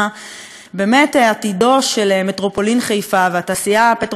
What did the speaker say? באמת עתידן של מטרופולין חיפה והתעשייה הפטרוכימית המזהמת